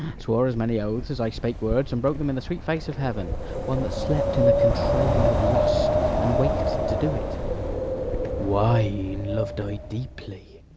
swore as many oaths as i spake words, and broke them in the sweet face of heaven one that slept in the contriving of lust, and waked to do it wine loved i deeply,